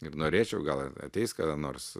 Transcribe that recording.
ir norėčiau gal ateis kada nors